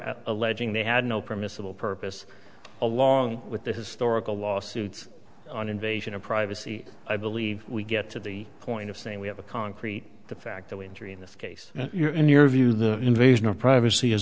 at alleging they had no permissible purpose along with the historical lawsuit on invasion of privacy i believe we get to the point of saying we have a concrete the fact that we injury in this case and in your view the invasion of privacy is